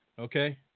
okay